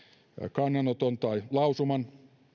kannanoton tai lausuman